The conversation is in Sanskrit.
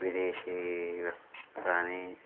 विदेशीयवस्त्राणि